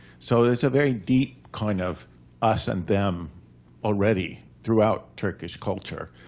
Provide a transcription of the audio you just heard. so there's a very deep kind of us and them already throughout turkish culture.